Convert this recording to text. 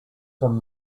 from